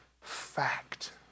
fact